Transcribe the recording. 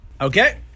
Okay